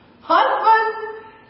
Husband